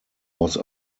was